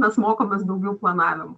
mes mokomės daugiau planavimo